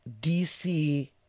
DC